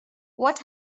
what